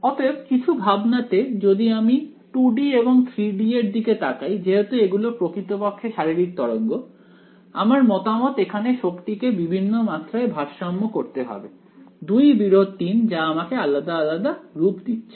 অতএব কিছু ভাবনা তে যদি আমি 2 D এবং 3 D এর দিকে তাকাই যেহেতু এগুলো প্রকৃতপক্ষে শারীরিক তরঙ্গ আমার মতামত এখানে শক্তিকে বিভিন্ন মাত্রায় ভারসাম্য করতে হবে দুই বিরোধ 3 যা আমাকে আলাদা আলাদা রূপ দিচ্ছে